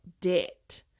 debt